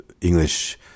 English